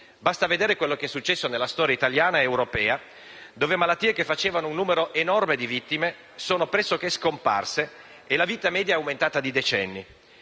nostri figli; ciò è confermato dalla storia italiana e da quella europea, dove malattie che facevano un numero enorme di vittime sono pressoché scomparse e la vita media è aumentata di decenni.